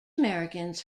americans